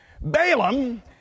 Balaam